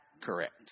correct